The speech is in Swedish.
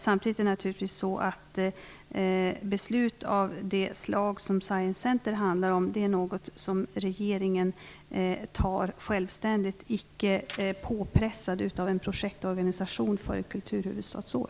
Samtidigt fattas naturligtvis beslut av det slag som Science Center handlar om av regeringen självständigt och inte frampressat av en projektorganisation för ett kulturhuvudstadsår.